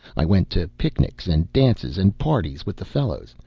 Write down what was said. i went to picnics and dances and parties with the fellows,